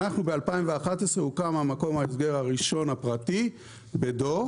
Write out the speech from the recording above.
אנחנו ב- 2011 הוקם המקום ההסגר הראשון הפרטי בדור,